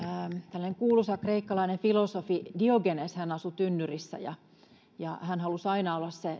tällainen kuuluisa kreikkalainen filosofi diogenes asui tynnyrissä ja ja hän halusi aina olla se